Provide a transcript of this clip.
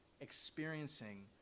experiencing